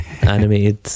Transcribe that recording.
animated